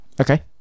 okay